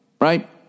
right